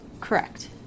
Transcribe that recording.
Correct